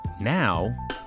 now